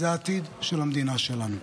זה העתיד של המדינה שלנו.